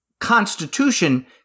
Constitution